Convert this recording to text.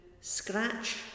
scratch